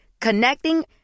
Connecting